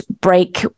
break